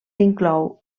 inclou